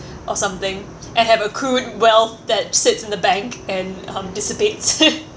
or something and have accrued wealth that sits in the bank and um dissipates